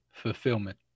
fulfillment